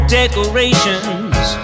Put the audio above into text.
decorations